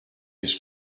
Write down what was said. his